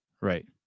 Right